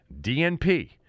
DNP